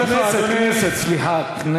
כנסת, כנסת, סליחה.